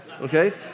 okay